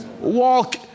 Walk